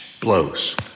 blows